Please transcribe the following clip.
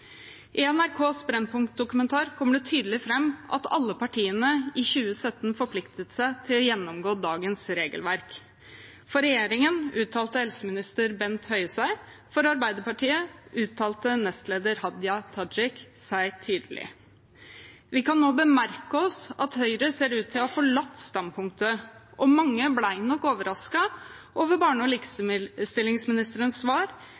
I NRKs Brennpunkt-dokumentar kommer det tydelig fram at alle partiene i 2017 forpliktet seg til å gjennomgå dagens regelverk. For regjeringen uttalte helseminister Bent Høie seg. For Arbeiderpartiet uttalte nestleder Hadia Tajik seg tydelig. Vi kan nå merke oss at Høyre ser ut til å ha forlatt standpunktet, og mange ble nok overrasket over barne- og likestillingsministerens svar